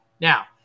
Now